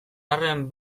arren